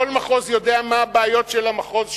כל מחוז יודע מה הבעיות של המחוז שלו,